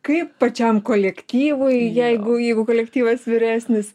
kaip pačiam kolektyvui jeigu jeigu kolektyvas vyresnis